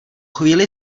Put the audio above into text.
chvíli